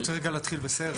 אני רוצה רגע להתחיל בסרט.